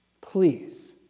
please